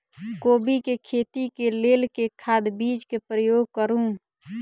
कोबी केँ खेती केँ लेल केँ खाद, बीज केँ प्रयोग करू?